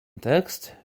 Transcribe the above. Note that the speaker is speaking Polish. tekst